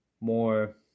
more